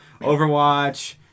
Overwatch